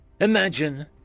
Imagine